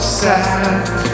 sad